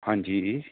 ਹਾਂਜੀ